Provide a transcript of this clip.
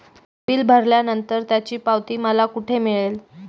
Bill भरल्यानंतर त्याची पावती मला कुठे मिळेल?